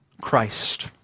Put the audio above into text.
Christ